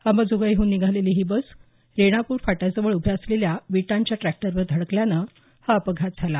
अंबाजोगाईहून निघालेली ही बस रेणापूर फाट्याजवळ उभ्या असलेल्या विटांच्या ट्रॅक्टरवर धडकल्यानं हा अपघात झाला